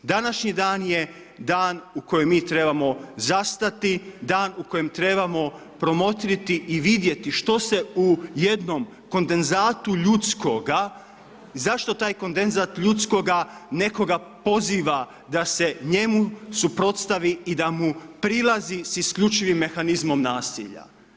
Današnji dan je dan u kojem mi trebamo zastati, dan u kojem trebamo promotriti i vidjeti što se u jednom kondenzatu ljudskoga, zašto taj kondenzat ljudskoga nekoga poziva da se njemu suprotstavi i da mu prilazi sa isključivim mehanizmom nasilja.